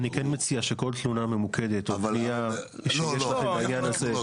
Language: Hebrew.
אני כן מציע שכל תלונה ממוקדת או פנייה שיש לכם בעניין הזה,